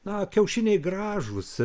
na kiaušiniai gražūs